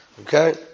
Okay